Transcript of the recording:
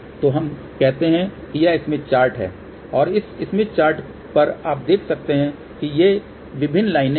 तो हम कहते हैं कि यह स्मिथ चार्ट है और इस स्मिथ चार्ट पर आप देख सकते हैं कि ये विभिन्न लाइनें हैं